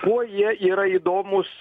kuo jie yra įdomūs